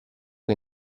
che